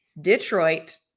Detroit